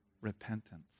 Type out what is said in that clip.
repentance